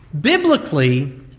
Biblically